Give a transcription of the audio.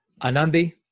Anandi